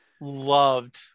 loved